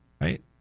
right